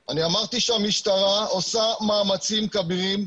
אני אמרתי שהמשטרה עושה מאמצים כבירים,